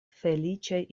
feliĉaj